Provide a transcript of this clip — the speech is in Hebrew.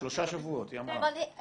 שלושה שבועות, היא אמרה.